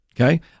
Okay